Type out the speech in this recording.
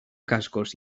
cascos